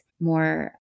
more